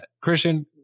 Christian